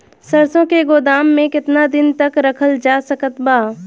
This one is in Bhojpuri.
सरसों के गोदाम में केतना दिन तक रखल जा सकत बा?